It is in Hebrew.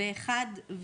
ב-אחד?